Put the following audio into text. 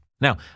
Now